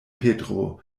petro